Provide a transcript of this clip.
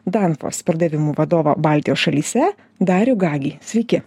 danfos pardavimų vadovą baltijos šalyse darių gagį sveiki